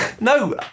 No